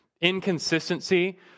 Inconsistency